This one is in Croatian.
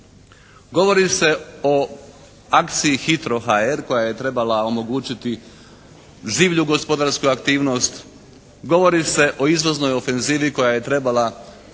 Govori se i akciji HITRO.HR koja je trebala omogućiti življu gospodarsku aktivnost. Govori se o izvoznoj ofenzivi koja je trebala